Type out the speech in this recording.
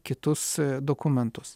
kitus dokumentus